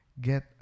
get